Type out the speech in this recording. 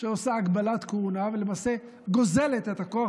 שעושה הגבלת כהונה ולמעשה גוזלת את הכוח